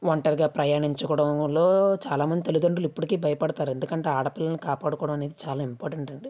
ఒంటరిగా ప్రయాణించడంలో కూడా చాలామంది తల్లిదండ్రులు ఇప్పటికీ భయపడుతారు ఎందుకంటే ఆడపిల్లలు కాపాడుకోవడం అనేది చాలా ఇంపార్టెంట్ అండి